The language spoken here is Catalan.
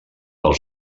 del